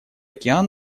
океан